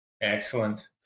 Excellent